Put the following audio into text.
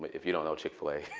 but if you don't know chick-fil-a,